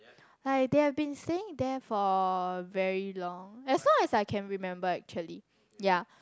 like they have been staying there for very long as long as I can remember actually ya